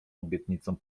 obietnicą